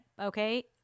Okay